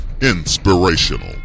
Inspirational